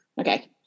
Okay